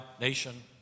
nation